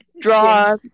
draw